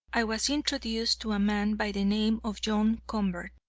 i was introduced to a man by the name of john convert.